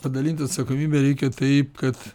padalint atsakomybę reikia taip kad